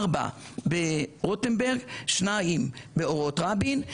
ארבע ברוטנברג, שניים באורות רבין.